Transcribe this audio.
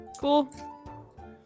Cool